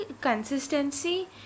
consistency